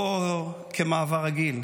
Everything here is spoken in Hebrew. לא כמעבר רגיל,